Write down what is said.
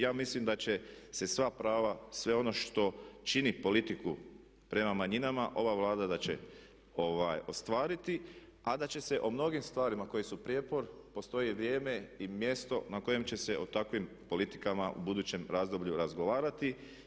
Ja mislim da će se sva prava, sve ono što čini politiku prema manjinama ova Vlada da će ostvariti, a da će se o mnogim stvarima koje su prijepor postoji vrijeme i mjesto na kojem će se o takvim politikama u budućem razdoblju razgovarati.